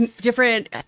different